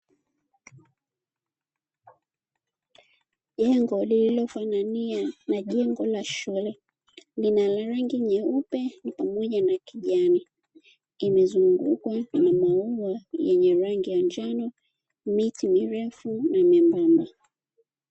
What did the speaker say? Jengo lililofanania na jengo la shule lina rangi nyeupe pamoja na kijamii, imezunguka na maua yenye rangi ya njano miti mirefu na membamba